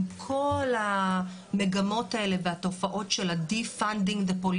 עם כל המגמות האלה והתופעות של ה- defunding the police